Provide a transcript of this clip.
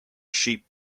sheep